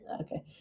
Okay